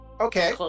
Okay